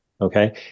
Okay